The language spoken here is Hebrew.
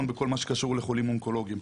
בכל מה שקשור לחולים אונקולוגיים.